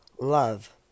Love